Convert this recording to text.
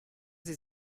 sie